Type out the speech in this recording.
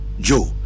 Joe